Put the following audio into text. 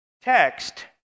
text